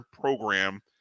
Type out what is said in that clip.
program